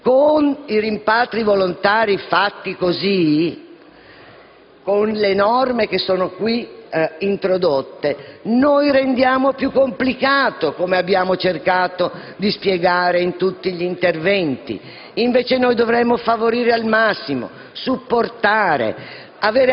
Con i rimpatri volontari fatti così, con le norme qui introdotte, noi rendiamo tutto complicato - come abbiamo cercato di spiegare in tutti gli interventi - mentre noi dovremmo favorire al massimo, supportare,